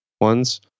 ones